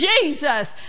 Jesus